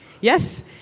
Yes